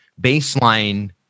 baseline